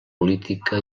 política